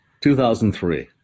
2003